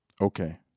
okay